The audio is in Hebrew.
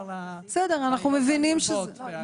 אנחנו בשלב זה בוחנים ונחזור.